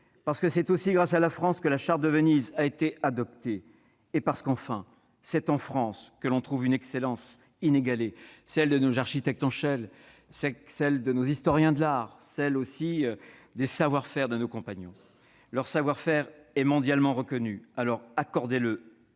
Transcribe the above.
parce que c'est aussi grâce à la France que la Charte de Venise a été adoptée, et parce qu'enfin c'est en France que l'on trouve une excellence inégalée, celle de nos architectes en chef, de nos historiens de l'art, celle aussi de nos compagnons. Leur savoir-faire est mondialement reconnu, alors accordez-leur